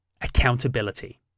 accountability